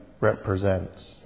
represents